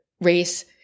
Race